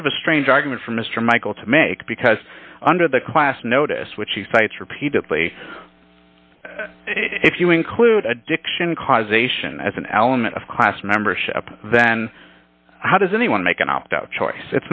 sort of a strange argument for mr michael to make because under the class notice which he cites repeatedly if you include addiction causation as an element of class membership then how does anyone make an opt out choice